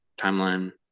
timeline